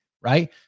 right